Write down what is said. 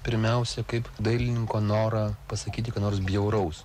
pirmiausia kaip dailininko norą pasakyti ką nors bjauraus